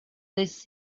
this